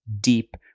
deep